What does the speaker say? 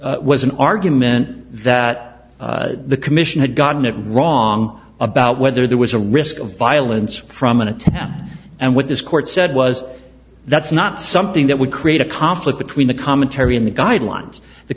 it was an argument that the commission had gotten it wrong about whether there was a risk of violence from an attempt and what this court said was that's not something that would create a conflict between the commentary and the guidelines the